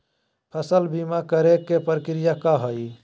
फसल बीमा करे के प्रक्रिया का हई?